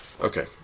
Okay